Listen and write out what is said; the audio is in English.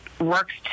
works